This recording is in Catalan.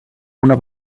una